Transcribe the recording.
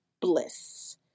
bliss